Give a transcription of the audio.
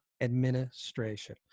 administration